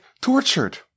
tortured